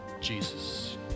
Jesus